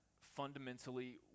fundamentally